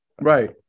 Right